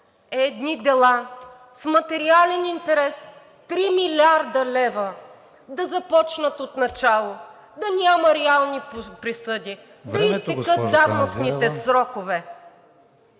едни дела с материален интерес 3 млрд. лв. да започнат отначало, да няма реални присъди, да изтекат давностните срокове.